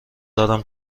دارم